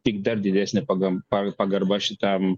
tik dar didesnė pagarba pagarba šitam